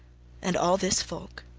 and all this folk,